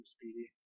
Speedy